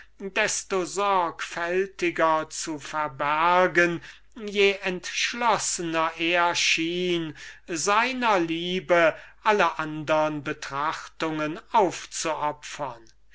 desto sorgfältiger zu verbergen je entschlossener er war seiner liebe alle andre betrachtungen aufzuopfern